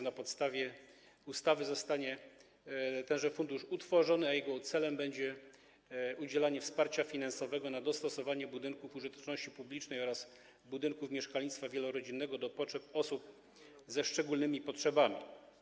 Na podstawie ustawy zostanie on utworzony, a jego celem będzie udzielanie wsparcia finansowego dostosowywania budynków użyteczności publicznej oraz budynków mieszkalnictwa wielorodzinnego do potrzeb osób ze szczególnymi potrzebami.